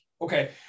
Okay